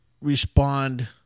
respond